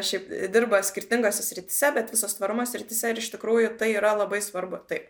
šiaip dirba skirtingose srityse bet visos tvarumo srityse ir iš tikrųjų tai yra labai svarbu tai